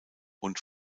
und